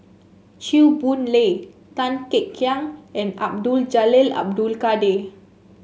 Chew Boon Lay Tan Kek Hiang and Abdul Jalil Abdul Kadir